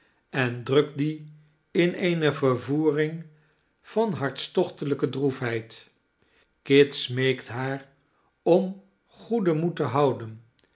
en drukt die in eene vervoering van hartstochtelijke droefheid kit smeekt haar om goeden moed te houden